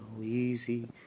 easy